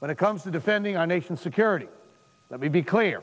when it comes to defending our nation's security let me be clear